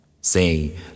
Say